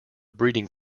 breeding